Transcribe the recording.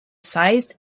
sized